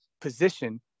position